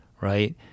right